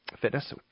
Fitness